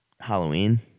Halloween